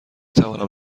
توانم